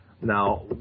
Now